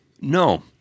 No